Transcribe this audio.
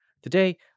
Today